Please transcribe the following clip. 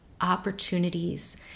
opportunities